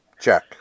Check